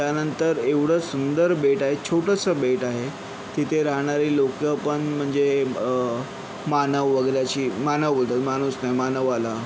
त्यानंतर एवढं सुंदर बेट आहे छोटंसं बेट आहे तिथे राहणारी लोकंपण म्हणजे मानव वगैरे अशी मानव बोलतात माणूस नाही मानव आला